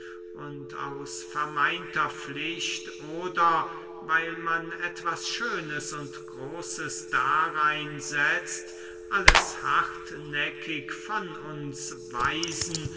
und aus vermeinter pflicht oder weil man etwas schönes und großes darein setzt alles hartnäckig von uns weisen